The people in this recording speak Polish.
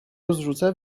rozrzuca